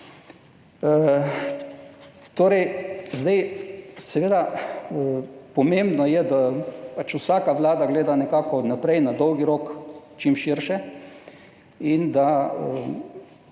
odločitev. Seveda, pomembno je, da vsaka vlada gleda nekako naprej na dolgi rok, čim širše, in da